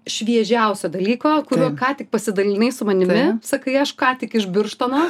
šviežiausio dalyko kuriuo ką tik pasidalinai su manimi sakai aš ką tik iš birštono